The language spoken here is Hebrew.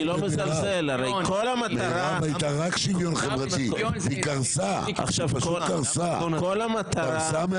הרי מירב הייתה רק שוויון חברתי והיא פשוט קרסה מעבודה.